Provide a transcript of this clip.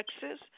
Texas